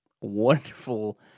Wonderful